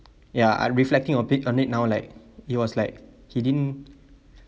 ya I reflecting or pick on it now like it was like he didn't